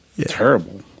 terrible